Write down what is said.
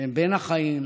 שהם בין החיים,